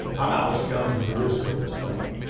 i'm alex jones, the producer of this film.